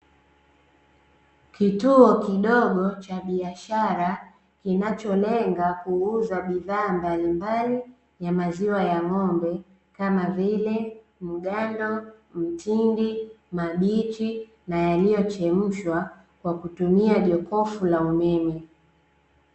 Kituo kidogo cha biashara linacholenga kuuza bidhaa mbalimbali ya maziwa ya ng'ombe kama vile mgando, mtindi, mabichi na yaliyochemshwa kwa kutumia jokofu la umeme.